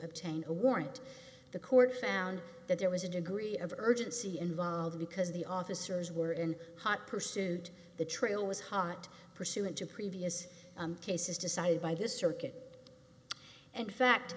obtain a warrant the court found that there was a degree of urgency involved because the officers were in hot pursuit the trail was hot pursuant to previous cases decided by this circuit and fact